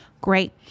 great